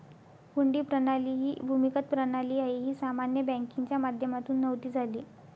हुंडी प्रणाली एक भूमिगत प्रणाली आहे, ही सामान्य बँकिंगच्या माध्यमातून नव्हती झाली